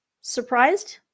Surprised